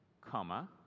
comma